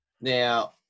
Now